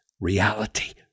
reality